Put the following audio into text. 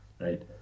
right